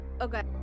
Okay